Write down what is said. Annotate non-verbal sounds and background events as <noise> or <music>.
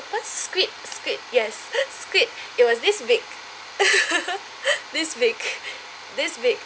octopus squid squid yes <breath> squid it was this big <laughs> this big this big